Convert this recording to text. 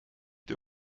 der